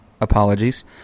apologies